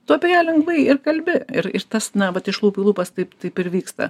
tu apie ją lengvai ir kalbi ir tas na vat iš lūpų į lūpas taip taip ir vyksta